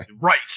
right